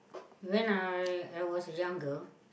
when I I was younger